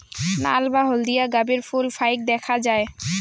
নাল বা হলদিয়া গাবের ফুল ফাইক দ্যাখ্যা যায়